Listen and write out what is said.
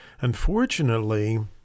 unfortunately